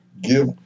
Give